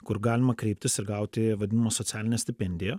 kur galima kreiptis ir gauti vadinamą socialinę stipendiją